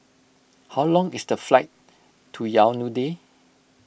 how long is the flight to Yaounde